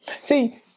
See